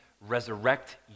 resurrect